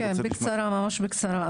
ממש בקצרה,